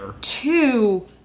Two